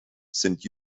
sind